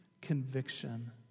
conviction